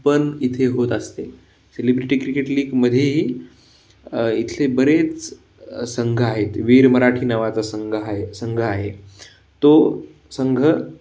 पण इथे होत असते सेलिब्रिटी क्रिकेट लीगमध्येही इथले बरेच संघ आहेत वीर मराठी नावाचा संघ आहे संघ आहे तो संघ